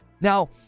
Now